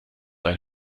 eine